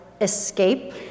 escape